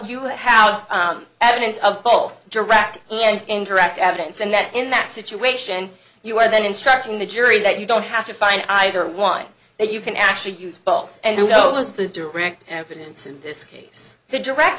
you have evidence of both direct and indirect evidence and that in that situation you are then instructing the jury that you don't have to find either one that you can actually use false and goes through direct evidence in this case the direct